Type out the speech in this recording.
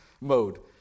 mode